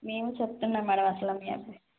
నేనూ చెప్తున్నా మేడం అసలు మీ అబ్బాయికి